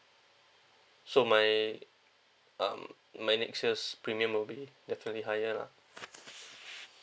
so my um my next year's premium will be definitely higher lah